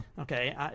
Okay